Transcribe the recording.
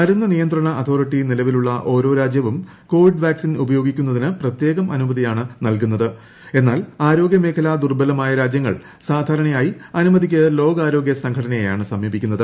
മരുന്ന് നിയന്ത്രണ അതോറിറ്റി നിലവിലുളള ഓരോ രാജ്യവും കോവിഡ് വാക്സിൻ ഉപയോഗിക്കുന്നതിന് പ്രത്യേകം അനുമതിയാണ് നൽകുന്നത് എന്നാൽ ആരോഗ്യമേഖല ദുർബലമായ രാജ്യങ്ങൾ സാധാരണയായി അനുമതിയ്ക്ക് ലോകാരോഗ്യ സംഘടനയെയാണ് സമീപിക്കുന്നത്